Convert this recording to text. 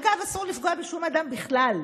אגב, אסור לפגוע בשום אדם בכלל,